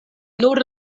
nur